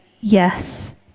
Yes